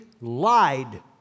lied